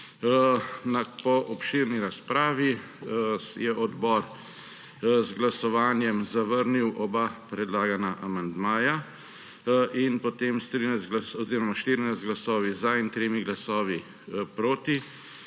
Po obširni razpravi je odbor z glasovanjem zavrnil oba predlagana amandmaja in potem s 14 glasovi za in 3 glasovi proti